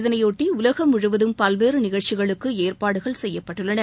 இதனையொட்டி உலகம் முழுவதும் பல்வேறு நிகழ்ச்சிகளுக்கு ஏற்பாடுகள் செய்யப்பட்டுள்ளன